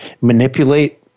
manipulate